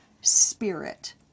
spirit